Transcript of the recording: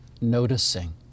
noticing